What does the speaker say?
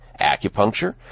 acupuncture